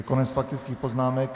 To je konec faktických poznámek.